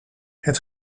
het